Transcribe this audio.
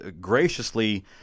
graciously